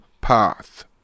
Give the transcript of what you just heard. path